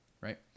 right